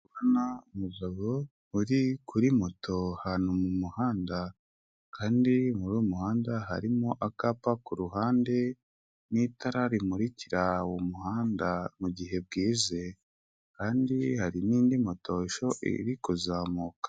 Kubona umugabo uri kuri moto ahantu mu muhanda kandi muri uwo muhanda harimo akapa ku ruhande, n'itara rimurikira uwo muhanda mu gihe bwije kandi hari nindi moto iri kuzamuka.